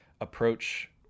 approach